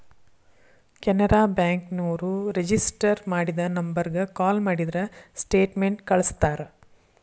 Canara bank ನೋರು register ಮಾಡಿದ ನಂಬರ್ಗ ಕಾಲ ಮಾಡಿದ್ರ ಸ್ಟೇಟ್ಮೆಂಟ್ ಕಳ್ಸ್ತಾರ